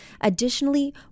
Additionally